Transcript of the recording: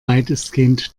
weitestgehend